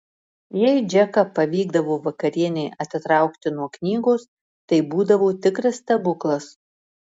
jei džeką pavykdavo vakarienei atitraukti nuo knygos tai būdavo tikras stebuklas